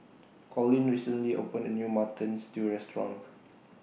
Collin recently opened A New Mutton Stew Restaurant